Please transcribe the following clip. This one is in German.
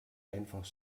einfach